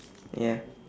ya